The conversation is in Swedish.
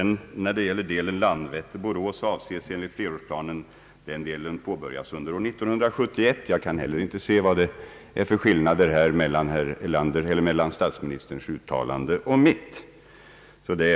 När det gäller delen Landvetter—Borås avses arbetena enligt flerårsplanen påbörjas under år 1971. Jag kan inte heller på denna punkt se vad det är för skillnad mellan statsministerns uttalande och mitt.